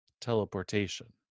teleportation